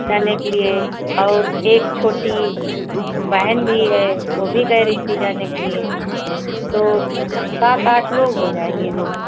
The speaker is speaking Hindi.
जाने के लिए और एक छोटी बहन भी है वह भी कह रही थी जाने के लिए तो सात आठ लोग हो जाएंगे दीदी